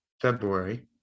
february